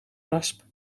rasp